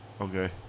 okay